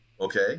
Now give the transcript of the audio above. Okay